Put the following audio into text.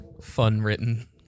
fun-written